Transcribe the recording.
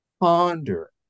ponder